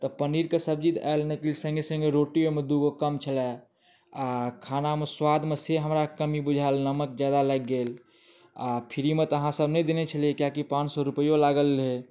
तऽ पनीरके सब्जी तऽ आयल लेकिन सङ्गे सङ्गे रोटी ओहिमे दू गो कम छलए आ खानामे स्वादमे से हमरा कमी बुझायल नमक जादा लागि गेल आ फिरी मे तऽ अहाँ सब नहि देने छलियै किएकि पाॅंच सए रुपैयो लागल रहै